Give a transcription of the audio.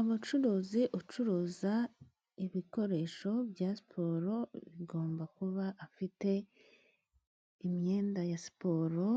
Umucuruzi ucuruza ibikoresho bya siporo agomba kuba afite imyenda ya siporo,